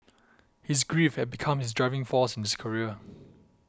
his grief had become his driving force in his career